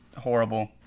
Horrible